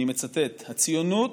אני מצטט: "הציונות